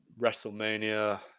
WrestleMania